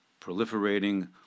proliferating